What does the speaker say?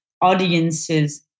audience's